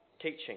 teaching